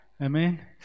amen